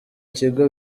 kigo